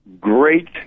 great